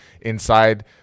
inside